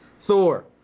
Thor